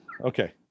okay